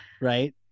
Right